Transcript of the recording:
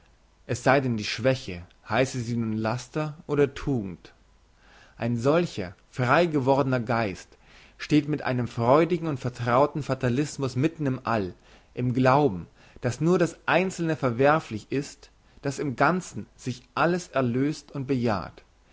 es sei denn die schwäche heisse sie nun laster oder tugend ein solcher freigewordner geist steht mit einem freudigen und vertrauenden fatalismus mitten im all im glauben dass nur das einzelne verwerflich ist dass im ganzen sich alles erlöst und bejaht